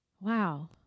wow